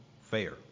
fair